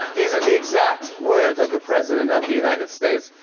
these are the exact words of the president of the united states.